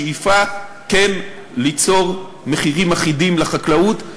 בשאיפה כן ליצור מחירים אחידים לחקלאות,